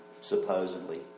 supposedly